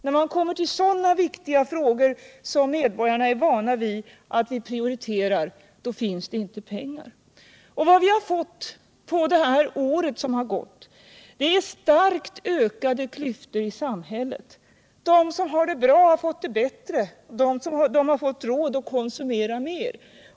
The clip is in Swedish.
När man kommer till sådana viktiga frågor — som medborgarna är vana vid att vi prioriterar — då finns det inte pengar! Vad vi har fått under det år som nu har gått är starkt ökade klyftor i samhället: de som redan hade det bra har fått det bättre och har fått råd att konsumera mer.